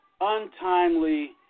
untimely